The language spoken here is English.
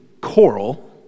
coral